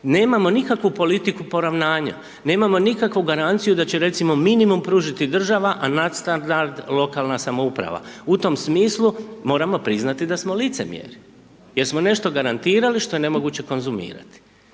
Nemamo nikakvu politiku poravnanja, nemamo nikakvu garanciju da će recimo minimum pružiti država, a nadstandard lokalna samouprava, u tom smislu moramo priznati da smo licemjeri, jer smo nešto garantirali što je nemoguće konzumirati.